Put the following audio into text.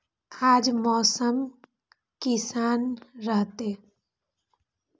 आज मौसम किसान रहतै?